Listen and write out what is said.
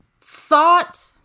thought